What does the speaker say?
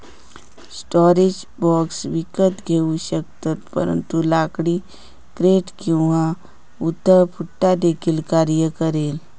storage box विकत घेऊ शकतात परंतु लाकडी क्रेट किंवा उथळ पुठ्ठा देखील कार्य करेल